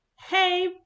hey